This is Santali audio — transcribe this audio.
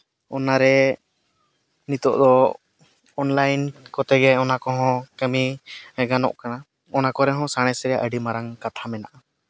ᱚᱱᱟᱨᱮ ᱱᱤᱛᱚᱜ ᱫᱚ ᱚᱱᱞᱟᱭᱤᱱ ᱠᱚᱛᱮ ᱜᱮ ᱚᱱᱟ ᱠᱚᱦᱚᱸ ᱠᱟᱹᱢᱤ ᱜᱟᱱᱚᱜ ᱠᱟᱱᱟ ᱚᱱᱟ ᱠᱚᱨᱮ ᱦᱚᱸ ᱥᱟᱬᱮᱥ ᱨᱮᱭᱟᱜ ᱟᱹᱰᱤ ᱢᱟᱨᱟᱝ ᱠᱟᱛᱷᱟ ᱢᱮᱱᱟᱜᱼᱟ